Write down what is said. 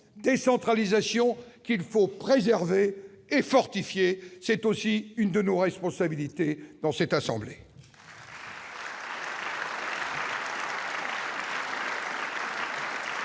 décentralisation, qu'il faut préserver et fortifier. C'est aussi l'une de nos responsabilités dans cette assemblée